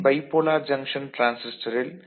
bipolar junction டிரான்சிஸ்டரில் N